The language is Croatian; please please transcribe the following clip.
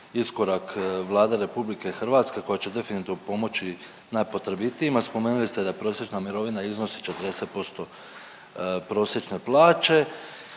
iskorak Vlade Republike Hrvatske koja će definitivno pomoći najpotrebitijima. Spomenuli ste da prosječna mirovina iznosi 40% prosječne plaće.